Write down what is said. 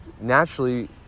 naturally